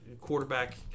quarterback